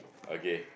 okay